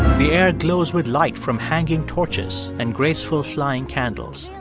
the air glows with light from hanging torches and graceful flying candles.